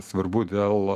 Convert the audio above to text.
svarbu dėl